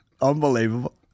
Unbelievable